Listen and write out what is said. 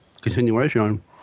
continuation